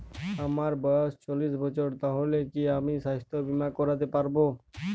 আমার বয়স চল্লিশ বছর তাহলে কি আমি সাস্থ্য বীমা করতে পারবো?